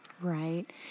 Right